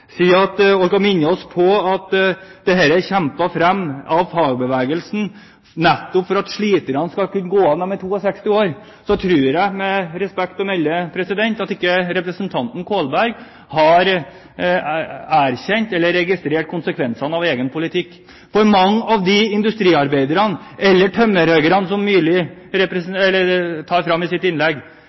oss på at dette er kjempet fram av fagbevegelsen nettopp for at sliterne skal kunne gå av når de er 62 år, tror jeg med respekt å melde at representanten Kolberg ikke har registrert konsekvensene av egen politikk. Mange av de industriarbeiderne eller de tømmerhoggerne som Myrli trekker fram i sitt innlegg,